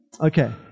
Okay